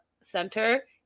center